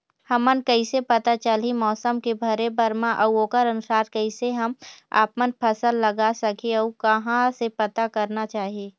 हमन कैसे पता चलही मौसम के भरे बर मा अउ ओकर अनुसार कैसे हम आपमन फसल लगा सकही अउ कहां से पता करना चाही?